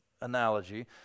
analogy